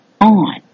on